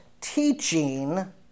teaching